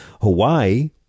Hawaii